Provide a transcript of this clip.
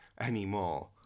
anymore